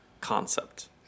concept